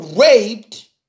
raped